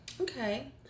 Okay